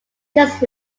just